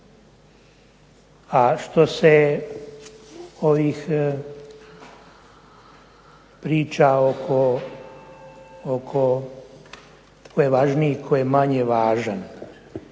A što se ovih priča oko tko je važniji, tko je manje važan.